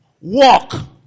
walk